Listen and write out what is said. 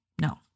no